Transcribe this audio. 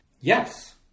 Yes